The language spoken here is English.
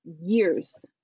years